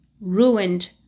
ruined